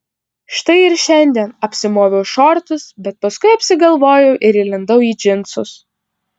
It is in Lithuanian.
štai ir šiandien apsimoviau šortus bet paskui apsigalvojau ir įlindau į džinsus